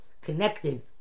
connected